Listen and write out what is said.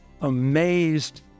amazed